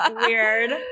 Weird